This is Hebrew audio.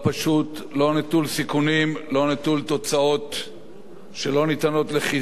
לא נטול תוצאות שלא ניתנות לחיזוי להתמודד עם אירן היום.